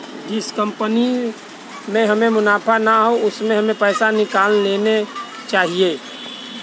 जिस कंपनी में हमें मुनाफा ना हो उसमें से हमें पैसे निकाल लेने चाहिए